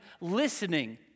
listening